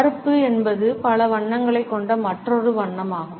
கருப்பு என்பது பல வண்ணங்களைக் கொண்ட மற்றொரு வண்ணமாகும்